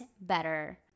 better